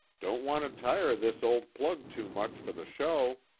don't want to tire this old plug too much for the show.